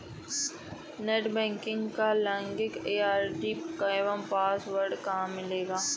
Net banking का login ID एवं password कहाँ से मिलेगा?